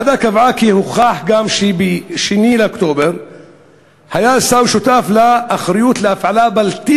הוועדה קבעה כי הוכח גם שב-2 באוקטובר היה סאו שותף לאחריות להפעלה בלתי